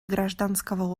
гражданского